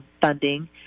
funding